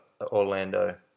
Orlando